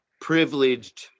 privileged